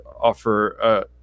offer